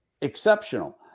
exceptional